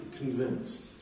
convinced